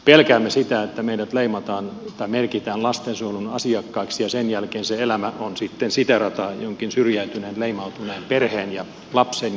pelkäämme sitä että meidät leimataan tai merkitään lastensuojelun asiakkaiksi ja sen jälkeen se elämä on sitten sitä rataa jonkin syrjäytyneen leimautuneen perheen ja lapsen ja ihmisen elämä